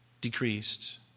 decreased